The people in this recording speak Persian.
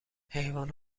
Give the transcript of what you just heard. حیوان